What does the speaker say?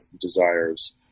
desires